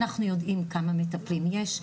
אנחנו יודעים כמה מטפלים יש,